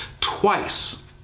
twice